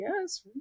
yes